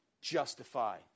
justify